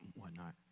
whatnot